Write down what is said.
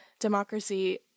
democracy